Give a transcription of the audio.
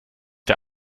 der